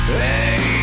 hey